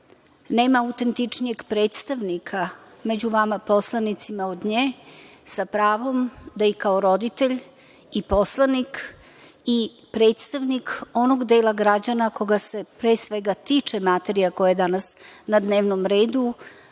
Nema autentičnijeg predstavnika među vama poslanicima od nje sa pravom da i kao roditelj i poslanik i predstavnik onog dela građana koga se, pre svega, tiče materija koja je danas na dnevnom redu,